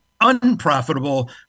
unprofitable